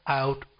out